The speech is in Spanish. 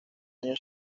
años